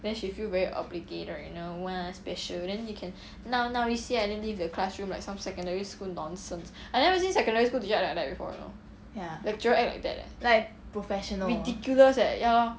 then she feel very obligated and know !wah! special then you can now now you see then leave the classroom like some secondary school nonsense I never even seen secondary school teacher like that before you know lecturer act like that eh ridiculous eh ya lor